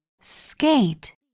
Skate